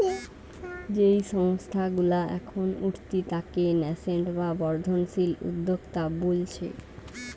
যেই সংস্থা গুলা এখন উঠতি তাকে ন্যাসেন্ট বা বর্ধনশীল উদ্যোক্তা বোলছে